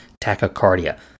tachycardia